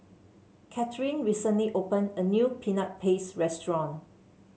Catherine recently opened a new Peanut Paste restaurant